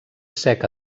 seca